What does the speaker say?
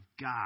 God